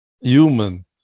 human